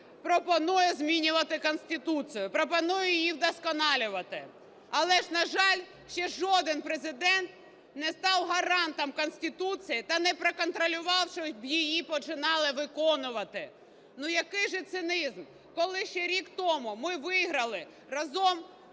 пропонує змінювати Конституцію, пропонує її вдосконалювати. Але ж, на жаль, ще жоден Президент не став гарантом Конституції та не проконтролював, щоб її починали виконувати. Ну, який же цинізм, коли ще рік тому ми виграли разом